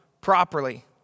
properly